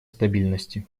стабильности